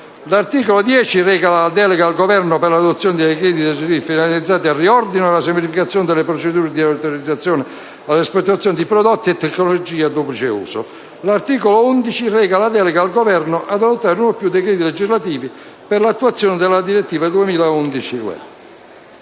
L'articolo 10 reca la delega al Governo per l'adozione di decreti legislativi finalizzati al riordino e alla semplificazione delle procedure di autorizzazione all'esportazione di prodotti e tecnologie a duplice uso. L'articolo 11 reca la delega al Governo ad adottare uno o più decreti legislativi per l'attuazione della direttiva 2011/61/UE.